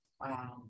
Wow